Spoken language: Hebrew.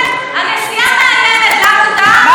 הנשיאה מאיימת